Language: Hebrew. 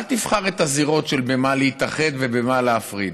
אל תבחר את הזירות במה להתאחד ובמה להפריד.